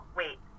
wait